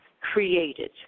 created